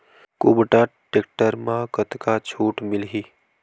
कुबटा टेक्टर म कतका छूट मिलही?